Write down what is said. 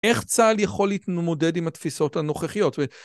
איך צהל יכול להתמודד עם התפיסות הנוכחיות?